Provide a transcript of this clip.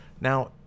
Now